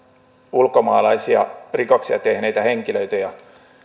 ulkomaalaisia rikoksia tehneitä henkilöitä ja